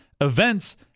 events